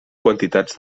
quantitats